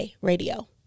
radio